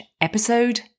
episode